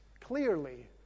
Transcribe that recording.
clearly